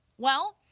well,